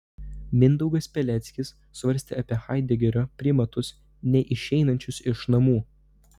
mindaugas peleckis svarstė apie haidegerio primatus neišeinančius iš namų